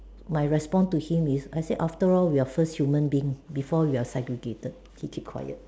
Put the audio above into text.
my response to him is I say after all we are first human being before we are segregated he keep quiet